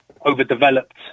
overdeveloped